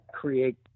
create